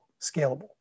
scalable